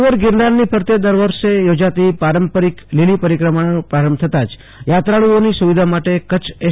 સુ વિધા ગિરિવર ગિરનારની ફરતે દર વર્ષે યોજાતી પારંપરિક લીલી પરિક્રમાનો પ્રારંભ થતાં યાત્રાળુઓની સુવિધા માટે કચ્છ એસ